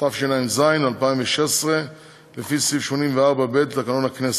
התשע"ז 2016. מציג את הבקשה